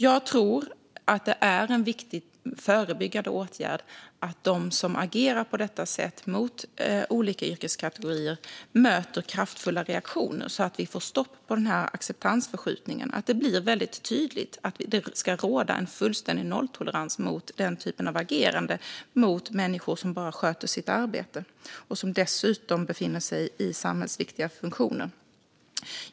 Jag tror att det är en viktig förebyggande åtgärd att de som agerar på detta sätt mot olika yrkeskategorier möter kraftfulla reaktioner, så att vi får stopp på acceptansförskjutningen och det blir väldigt tydligt att det ska råda en fullständig nolltolerans mot den typen av agerande mot människor som bara sköter sitt arbete och dessutom befinner sig i samhällsviktiga funktioner.